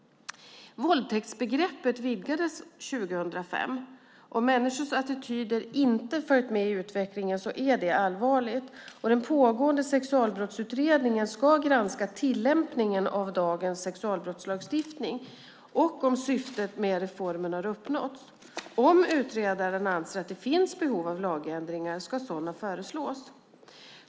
Våldtäktsbegreppet vidgades år 2005. Om människors attityder inte följt med i utvecklingen är det allvarligt. Den pågående sexualbrottsutredningen ska granska tillämpningen av dagens sexualbrottslagstiftning och om syftet med reformen har uppnåtts. Om utredaren anser att det finns behov av lagändringar ska sådana föreslås.